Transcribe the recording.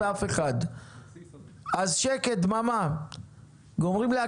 על מה מדובר?